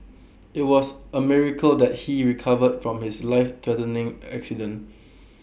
IT was A miracle that he recovered from his lifethreatening accident